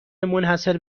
منحصر